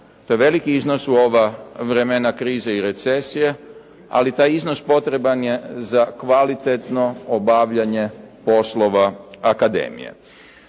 to je veliki iznos u ova vremena krize i recesije ali taj iznos potreban je za kvalitetno obavljanje poslova akademije.